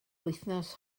wythnos